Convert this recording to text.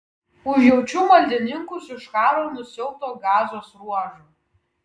užjaučiu maldininkus iš karo nusiaubto gazos ruožo